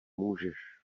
můžeš